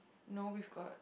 no we've got